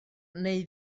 neu